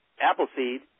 Appleseed